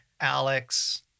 Alex